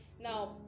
Now